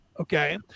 okay